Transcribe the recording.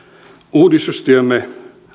uudistustyömme